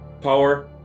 power